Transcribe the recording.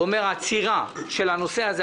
הוא אומר שהעצירה של הנושא הזה,